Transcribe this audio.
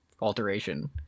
alteration